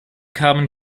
kamen